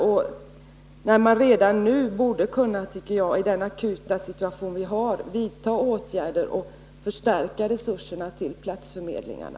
Enligt min mening borde man i den nuvarande akuta situationen kunna vidta åtgärder redan nu för att förstärka resurserna till platsförmedlingarna.